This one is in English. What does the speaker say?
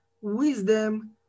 wisdom